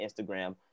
Instagram